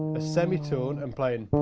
a semi-tone and playing.